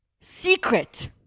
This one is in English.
secret